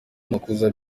makuza